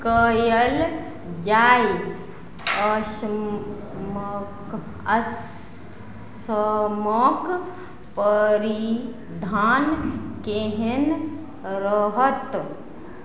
कएल जाए असमके असमके परिधान केहन रहत